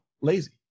lazy